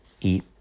eat